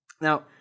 Now